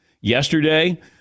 yesterday